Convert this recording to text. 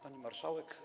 Pani Marszałek!